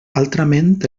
altrament